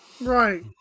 Right